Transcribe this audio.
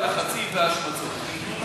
לחצים והשמצות.